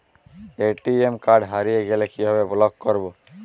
ATM card হারিয়ে গেলে কিভাবে ব্লক করবো?